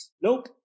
nope